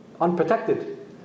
unprotected